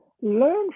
learn